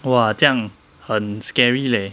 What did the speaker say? !wah! 这样很 scary leh